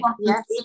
Yes